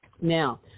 Now